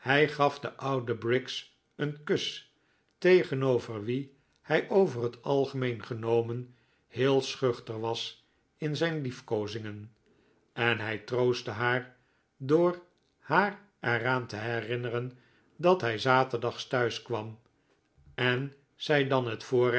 gaf de oude briggs een kus tegenover wie hij over het algemeen genomen heel schuchter was in zijn lief koozingen en hij troostte haar door haar er aan te herinneren dat hij zaterdags thuis kwam en zij dan het